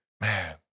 Man